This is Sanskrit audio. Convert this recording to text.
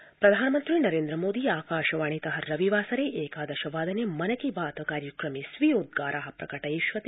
मन की बात प्रधानमन्त्री नरेन्द्रमोदी आकाशवाणी तः रविवासरे एकादश वादने मन की बात कार्यक्रमे स्वीयोद्राराः प्रकटयिष्यति